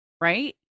right